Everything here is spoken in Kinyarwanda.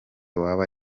waba